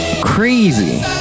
crazy